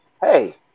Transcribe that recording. Hey